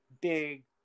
big